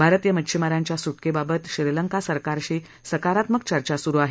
भारतीय मच्छिमारांच्या सुटके बाबत श्रीलंका सरकारशी सकारात्मक चर्चा सुरु आहे